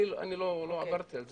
אני לא עברתי על זה.